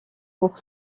pour